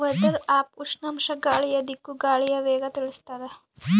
weather app ಉಷ್ಣಾಂಶ ಗಾಳಿಯ ದಿಕ್ಕು ಗಾಳಿಯ ವೇಗ ತಿಳಿಸುತಾದ